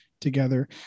together